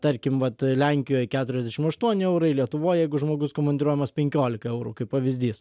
tarkim vat lenkijoj keturiasdešim aštuoni eurai lietuvoj jeigu žmogus komandiruojamas penkiolika eurų kaip pavyzdys